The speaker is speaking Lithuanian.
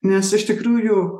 nes iš tikrųjų